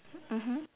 mmhmm